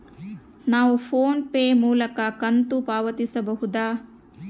ನಾವು PhonePe ಮೂಲಕ ಕಂತು ಪಾವತಿಸಬಹುದಾ?